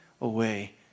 away